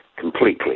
completely